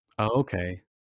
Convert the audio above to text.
okay